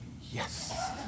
Yes